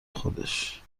خودش